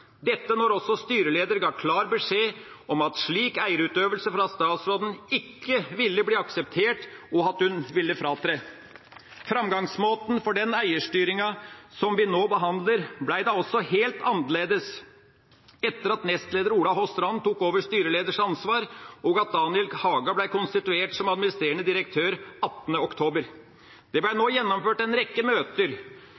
dette når også styreleder ga klar beskjed om at slik eierutøvelse fra statsrådens side ikke ville bli akseptert, og at hun ville fratre. Framgangsmåten for den eierstyringa som vi nå behandler, ble da også helt annerledes etter at nestleder Ola H. Strand tok over styreleders ansvar og Daniel Haga ble konstituert som administrerende direktør 18. oktober. Det ble nå gjennomført en rekke møter.